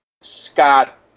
Scott